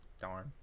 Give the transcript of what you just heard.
darn